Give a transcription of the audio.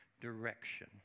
direction